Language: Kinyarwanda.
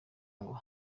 ngo